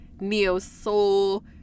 neo-soul